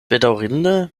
bedaŭrinde